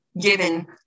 given